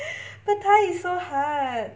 but thai is so hard